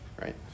right